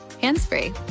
hands-free